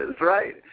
right